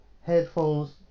headphones